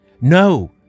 No